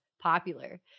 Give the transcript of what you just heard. popular